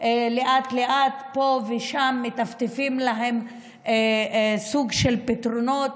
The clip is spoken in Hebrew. לאט-לאט פה ושם מטפטפים להם סוג של פתרונות.